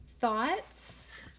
Thoughts